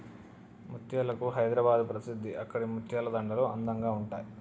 ముత్యాలకు హైదరాబాద్ ప్రసిద్ధి అక్కడి ముత్యాల దండలు అందంగా ఉంటాయి